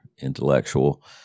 intellectual